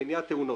במניעת תאונות.